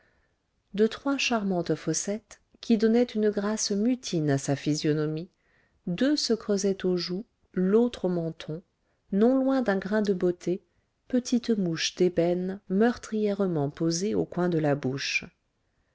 de trois charmantes fossettes qui donnaient une grâce mutine à sa physionomie deux se creusaient aux joues l'autre au menton non loin d'un grain de beauté petite mouche d'ébène meurtrièrement posée au coin de la bouche